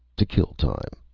to kill time.